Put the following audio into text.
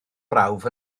brawf